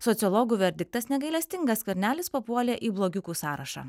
sociologų verdiktas negailestingas skvernelis papuolė į blogiukų sąrašą